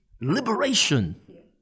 liberation